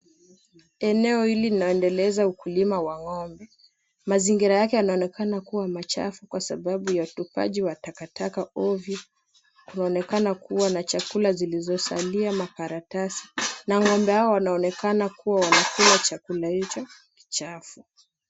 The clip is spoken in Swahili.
Eneo hili naendeleza ukulima wa ng'ombe. Mazingira yake yanaonekana kuwa machafu kwa sababu ya utupaji wa takataka ovyo. Kunaonekana kuwa na chakula zilizosalia makaratasi. Na ng'ombe hao wanaonekana kuwa wanakula chakula hicho kichafu.